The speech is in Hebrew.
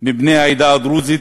מבני העדה הדרוזית.